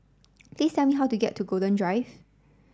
please tell me how to get to Golden Drive